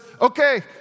okay